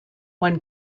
when